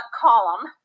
column